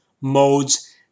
modes